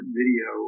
video